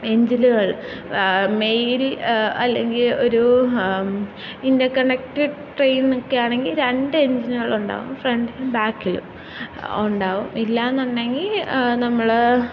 എഞ്ചിനുകൾ മെയിൽ അല്ലെങ്കില് ഒരു ഇൻറ്റർകണക്ടഡ് ട്രെയിനൊക്കെയാണെങ്കില് രണ്ട് എഞ്ചിനുകൾ ഉണ്ടാകും ഫ്രണ്ടിലും ബാക്കിലും ഉണ്ടാവും ഇല്ലാന്നുണ്ടെങ്കില് നമ്മള്